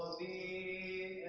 the